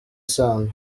sano